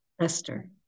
Esther